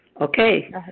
Okay